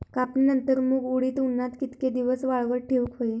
कापणीनंतर मूग व उडीद उन्हात कितके दिवस वाळवत ठेवूक व्हये?